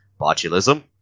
botulism